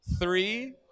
three